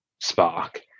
Spark